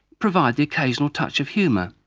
provide the occasional touch of humour,